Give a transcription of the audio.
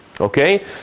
okay